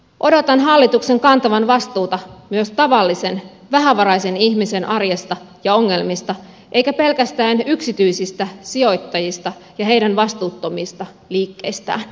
odotan hallituksen kantavan vastuuta myös tavallisen vähävaraisen ihmisen arjesta ja ongelmista eikä pelkästään yksityisistä sijoittajista ja heidän vastuuttomista liikkeistään